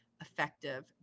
effective